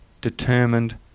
determined